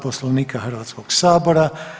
Poslovnika Hrvatskoga sabora.